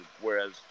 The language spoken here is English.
Whereas